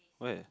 where